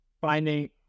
finding